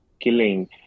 killing